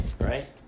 right